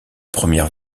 premières